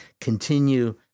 continue